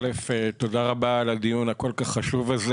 תודה רבה על הדיון הכול כך חשוב הזה,